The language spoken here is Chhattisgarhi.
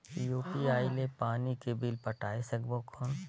यू.पी.आई ले पानी के बिल पटाय सकबो कौन?